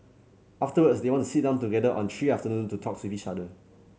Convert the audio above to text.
afterwards they want to sit down together on three afternoon to talk with each other